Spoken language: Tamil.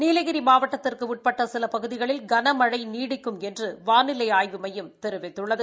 நீலகிரி மாவட்டத்திற்கு உட்பட்ட சில பகுதிகளில் கனமழை நீடிக்கும் என்று வானிலை ஆய்வு மையம் தெரிவித்கள்ளது